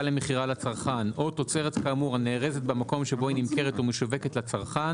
למכירה לצרכן או תוצרת כאמור הנארזת במקום שבו היא נמכרת ומשווקת לצרכן,